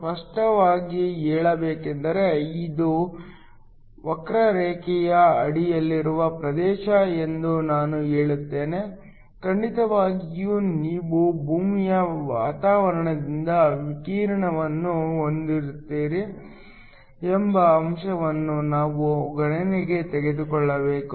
ಸ್ಪಷ್ಟವಾಗಿ ಹೇಳಬೇಕೆಂದರೆ ಇದು ವಕ್ರರೇಖೆಯ ಅಡಿಯಲ್ಲಿರುವ ಪ್ರದೇಶ ಎಂದು ನಾನು ಹೇಳುತ್ತೇನೆ ಖಂಡಿತವಾಗಿಯೂ ನೀವು ಭೂಮಿಯ ವಾತಾವರಣದಿಂದ ವಿಕಿರಣವನ್ನು ಹರಡುತ್ತೀರಿ ಎಂಬ ಅಂಶವನ್ನೂ ನಾವು ಗಣನೆಗೆ ತೆಗೆದುಕೊಳ್ಳಬೇಕು